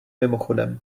mimochodem